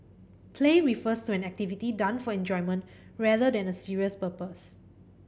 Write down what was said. play refers to an activity done for enjoyment rather than a serious purpose